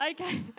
okay